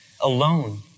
alone